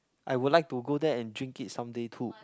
I would like to go there and drink it someday too